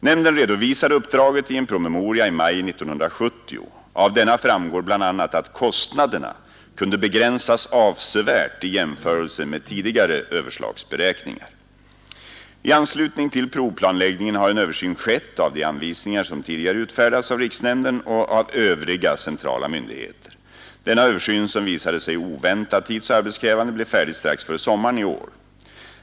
Nämnden redovisade uppdraget i en promemoria i maj 1970. Av denna framgår bl.a. att kostnaderna kunde begränsas avsevärt i jämförelse med tidigare överslagsberäkningar. I anslutning till provplanläggningen har en översyn skett av de anvisningar som tidigare utfärdats av riksnämnden och av övriga centrala myndigheter. Denna översyn, som visade sig oväntat tidsoch arbetskrävande, blev färdig strax före sommaren i år.